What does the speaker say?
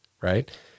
right